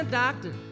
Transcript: doctor